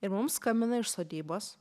ir mums skambina iš sodybos